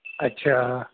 अच्छा